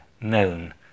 known